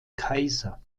kaiser